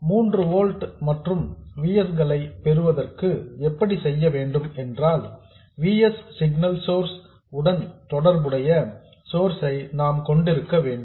3 volts மற்றும் V s களை பெறுவதற்கு எப்படி செய்ய வேண்டும் என்றால் V s சிக்னல் சோர்ஸ் உடன் தொடர்புடைய சோர்ஸ் ஐ நாம் கொண்டிருக்க வேண்டும்